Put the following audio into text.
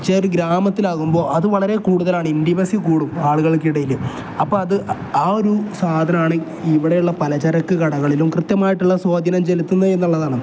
പക്ഷെ ഒരു ഗ്രാമത്തിലാകുമ്പോൾ അത് വളരെ കൂടുതലാണ് ഇൻഡിമസി കൂടും ആളുകൾക്കിടയിൽ അപ്പം അത് ആ ഒരു സാധനമാണ് ഇവിടെയുള്ള പലചരക്ക് കടകളിലും കൃത്യമായിട്ടുള്ള സ്വാധീനം ചെലുത്തുന്നത് എന്നുള്ളതാണ്